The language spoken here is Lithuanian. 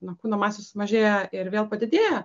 na kūno masės mažėja ir vėl padidėja